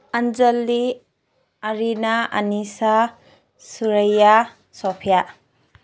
Anjali Arina Anisha Suraiya Sophia